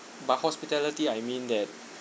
but hospitality I mean that